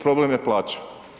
Problem je plaća.